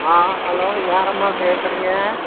ஆ hello யாரம்மா பேசுகிறீங்க